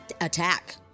attack